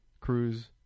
cruise